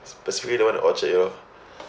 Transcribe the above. specifically the one at orchard you know